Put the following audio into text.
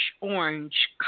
orange